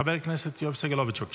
חבר הכנסת יואב סגלוביץ', בבקשה.